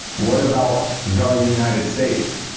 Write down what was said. what about the united states?